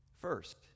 First